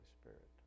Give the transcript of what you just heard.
Spirit